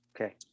okay